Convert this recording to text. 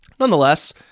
Nonetheless